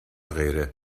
غیره